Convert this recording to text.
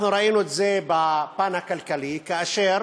אנחנו ראינו את זה בפן הכלכלי כאשר